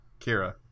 Kira